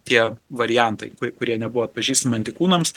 tie variantai ku kurie nebuvo atpažįstami antikūnams